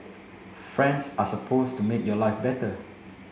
friends are supposed to make your life better